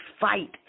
fight